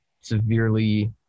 severely